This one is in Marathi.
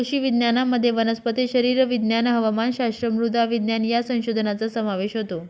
कृषी विज्ञानामध्ये वनस्पती शरीरविज्ञान, हवामानशास्त्र, मृदा विज्ञान या संशोधनाचा समावेश होतो